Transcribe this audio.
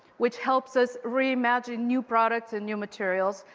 which helps us reimagine new products and new materials,